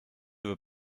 veut